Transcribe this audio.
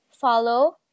follow